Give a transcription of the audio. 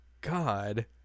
god